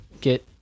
get